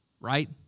Right